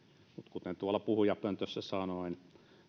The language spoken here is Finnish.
kuten tuolla puhujapöntössä sanoin